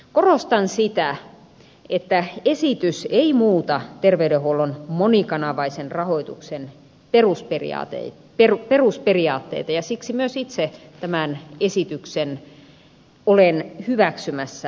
korostan sitä että esitys ei muuta terveydenhuollon monikanavaisen rahoituksen perusperiaatteita ja siksi myös itse tämän esityksen olen hyväksymässä